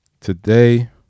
Today